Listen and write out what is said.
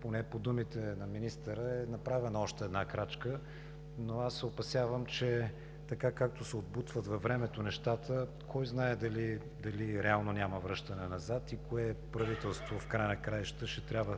поне по думите на министъра е направена още една крачка, но аз се опасявам, че така както се отбутват във времето нещата, кой знае дали реално няма връщане назад и кое правителство в края на краищата ще трябва